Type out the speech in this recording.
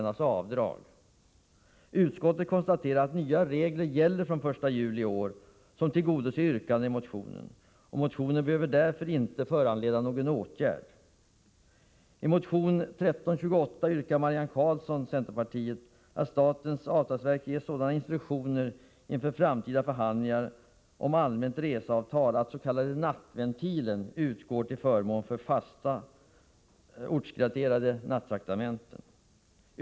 Utskottet konstaterar att nya regler gäller fr.o.m. den 1 juli i år som tillgodoser yrkandena i motionen. Motionen behöver därför inte föranleda någon åtgärd.